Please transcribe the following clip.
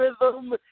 rhythm